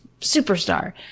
superstar